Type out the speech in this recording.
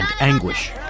anguish